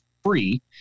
free